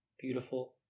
beautiful